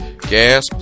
gas